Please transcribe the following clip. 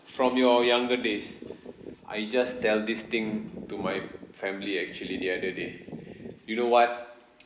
from your younger days I just tell this thing to my family actually the other day you know what